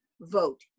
Vote